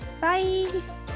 Bye